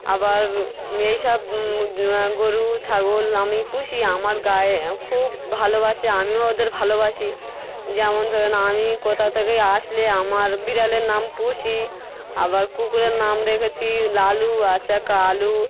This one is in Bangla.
আবার এই সব গোরু ছাগল আমি পুষি আমার গায়ে খুব ভালোবাসে আমিও ওদের ভালোবাসি যেমন ধরুন আমি কোথাও থেকে আসলে আমার বিড়ালের নাম পুষি আবার কুকুরের নাম রেখেছি লালু আচ্ছা কালু